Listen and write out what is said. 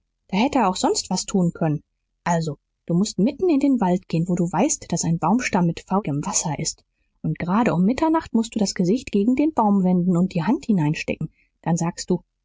er auch sonst was tun können also du mußt mitten in den wald gehen wo du weißt daß ein baumstamm mit faulem wasser ist und gerade um mitternacht mußt du das gesicht gegen den baum wenden und die hand hineinstecken und dann sagst du